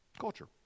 culture